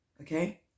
Okay